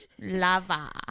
Lava